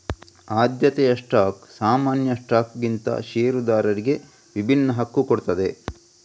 ಆದ್ಯತೆಯ ಸ್ಟಾಕ್ ಸಾಮಾನ್ಯ ಸ್ಟಾಕ್ಗಿಂತ ಷೇರುದಾರರಿಗೆ ವಿಭಿನ್ನ ಹಕ್ಕು ಕೊಡ್ತದೆ